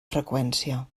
freqüència